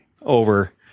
over